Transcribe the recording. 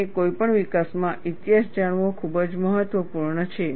અને કોઈપણ વિકાસમાં ઈતિહાસ જાણવો ખૂબ જ મહત્વપૂર્ણ છે